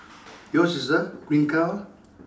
yours is a green car